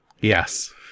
Yes